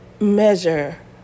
measure